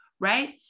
Right